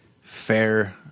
fair